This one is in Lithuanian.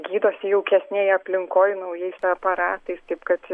gydosi jaukesnėj aplinkoj naujais aparatais taip kad